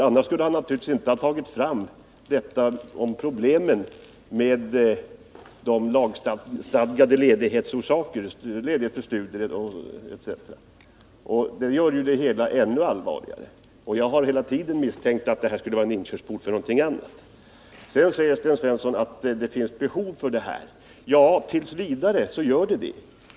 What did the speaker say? Annars skulle han naturligtvis inte ha tagit upp de problem som kan uppkomma när anställda tar ut lagstadgad ledighet för studier etc. Det gör ju det hela ännu allvarligare, och jag har hela tiden misstänkt att förslaget i motionen skulle vara en inkörsport för någonting annat. Sten Svensson säger att det finns behov av privat arbetsförmedling. Ja, tills vidare förhåller det sig så.